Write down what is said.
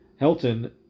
Helton